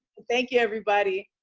thank you, everybody.